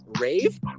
rave